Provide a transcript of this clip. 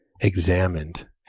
examined